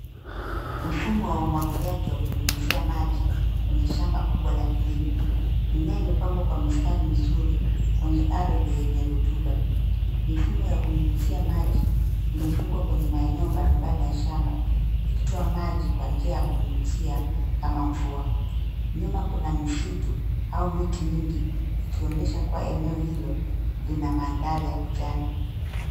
Mfumo wa umwagiliaji wa kunyunyuzia maji kwenye shamba kubwa la kilimo. Mimea imepangwa kwa mistari mizuri kwa ardhi yenye rutuba. Mifumo ya kunyunyuzia maji imefunguwa kwenye maeneo mbalimbali ya shamaba ikitoa maji kwa njia ya kunyunyuzia kama mvua. Nyuma kuna msitu au miti mingi ikionyesha kuwa eneo hilo lina mandhari ya kijani.